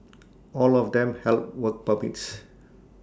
all of them held work permits